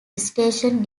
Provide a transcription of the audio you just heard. visitation